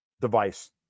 device